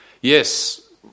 Yes